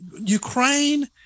Ukraine